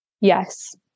Yes